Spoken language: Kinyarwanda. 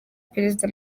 perezida